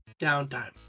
downtime